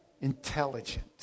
intelligent